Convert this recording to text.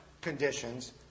conditions